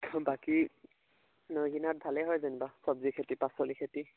বাকী নৈ কিনাত ভালেই হয় যেনিবা চব্জি খেতি পাচলি খেতি